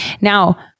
Now